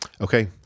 Okay